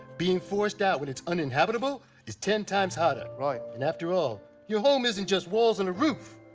being forced out when it's uninhabitable is ten times harder. right. and, after all, your home isn't just walls and a roof,